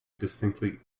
distinctly